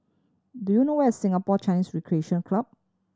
do you know where is Singapore Chinese Recreation Club